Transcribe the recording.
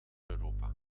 europa